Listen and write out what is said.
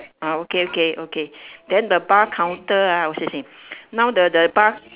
ah okay okay okay then the bar counter ah also same now the the bar